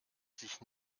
sich